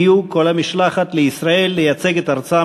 זהבה גלאון ויצחק הרצוג,